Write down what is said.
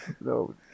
No